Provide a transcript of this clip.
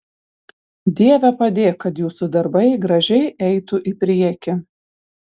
dieve padėk kad jūsų darbai gražiai eitų į priekį